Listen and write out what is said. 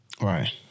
right